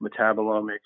metabolomics